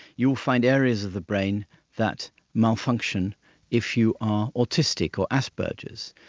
you'll find areas of the brain that malfunction if you are autistic or asperger's.